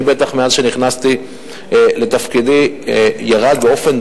בטח מאז שנכנסתי לתפקידי ירד באופן